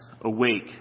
awake